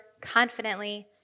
confidently